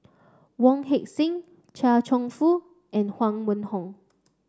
Wong Heck Sing Chia Cheong Fook and Huang Wenhong